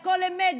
על כל אמת,